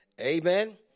Amen